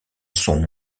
son